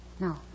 No